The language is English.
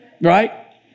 right